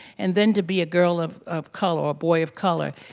and then to be a girl of of color or a boy of color,